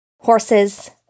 horses